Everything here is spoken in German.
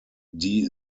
die